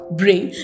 brain